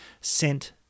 sent